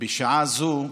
אנחנו,